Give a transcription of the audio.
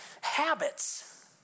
habits